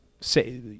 say